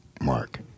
Mark